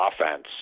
offense